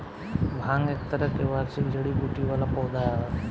भांग एक तरह के वार्षिक जड़ी बूटी वाला पौधा ह